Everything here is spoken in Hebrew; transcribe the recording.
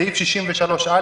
סעיף 63א,